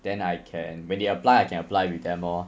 then I can when they apply I can apply with them lor